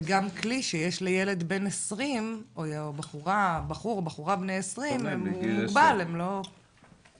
וגם כלי שיש לילד בן 20. בחור או בחורה בני 20. הם לא פסיכולוגים.